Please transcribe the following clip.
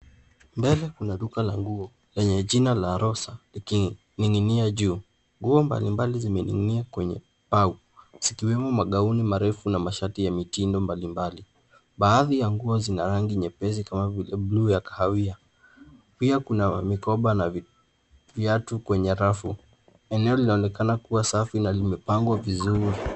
Mbele kuna duka la nguo lenye jina La Rosa likining'inia juu. Nguo mbalimbali zimening'inia kwenye pau zikiwemo magauni marefu na shati ya mitindo mbalimbali. Baadhi ya nguo zina rangi nyepesi kama vile bluu ya kahawia. Pia kuna mikoba na viatu kwenye rafu. Eneo linaonekana kuwa safi na limepangwa vizuri.